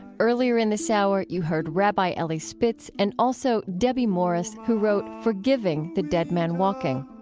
earlier in this hour, you heard rabbi elie spitz and also debbie morris who wrote forgiving the dead man walking.